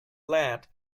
lad